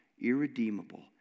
irredeemable